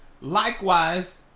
Likewise